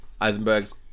Eisenberg's